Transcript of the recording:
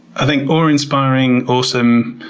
i think, awe inspiring, awesome,